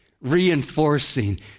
reinforcing